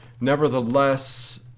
nevertheless